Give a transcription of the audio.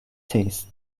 changed